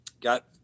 got